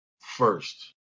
first